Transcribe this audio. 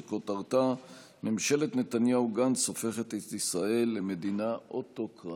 שכותרתה: ממשלת נתניהו-גנץ הופכת את ישראל למדינה אוטוקרטית.